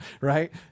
right